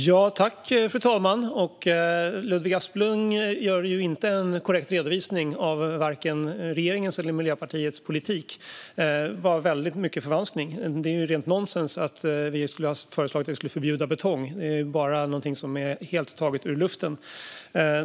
Fru talman! Ludvig Aspling gör inte en korrekt redovisning av vare sig regeringens eller Miljöpartiets politik. Det var väldigt mycket förvanskande. Det är ju rent nonsens att vi skulle ha föreslagit att vi ska förbjuda betong. Det är någonting som är helt taget ur luften.